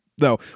No